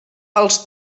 els